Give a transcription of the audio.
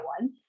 one